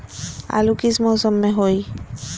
आलू किस मौसम में होई?